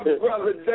brother